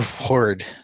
reward